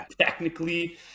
technically